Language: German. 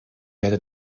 werde